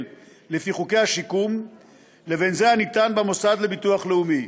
לפי חוקי השיקום לבין זה הניתן במוסד לביטוח לאומי.